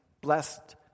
blessed